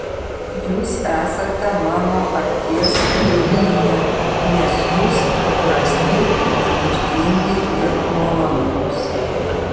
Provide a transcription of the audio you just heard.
jūs esate mano akies lėlytė nes jūs paprasti neturtingi ir nuolankūs